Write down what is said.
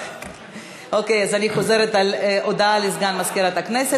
אז אני חוזרת על הודעה לסגן מזכירת הכנסת,